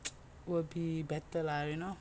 will be better lah you know